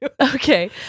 okay